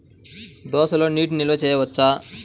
దోసలో నీటి నిల్వ చేయవచ్చా?